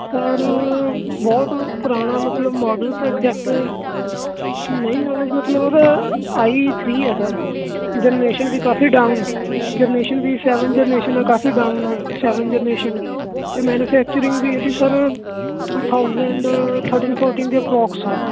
sir ਬਹੁਤ ਪੁਰਾਣਾ ਮਤਲਬ ਮੋਡਲ ਤਾਂ ਅਗਜੇਕਟ ਨਹੀਂ ਨੋਲੇਜ ਮਤਲਬ ਆਈ ਥਰੀ ਹੈ ਸਰ ਜਨਰੇਸ਼ਨ ਵੀ ਕਾਫ਼ੀ ਡਾਊਨ ਜਰਨੇਸ਼ਨ ਵੀ ਸੈਵਨ ਜਰਨੇਸ਼ਨ ਹੈ ਕਾਫ਼ੀ ਡਾਊਨ ਸੈਵਨ ਜਰਨੇਸ਼ਨ ਅਤੇ ਮੈਨੂਫੈਕਚਰਿੰਗ ਵੀ ਇਹਦੀ sir two thousand thirteen fourteen ਦੇ ਅਪਰੋਕਸ ਆ